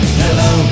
hello